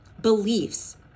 beliefs